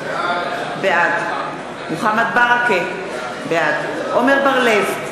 בעד מוחמד ברכה, בעד עמר בר-לב,